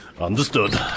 Understood